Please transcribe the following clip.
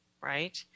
right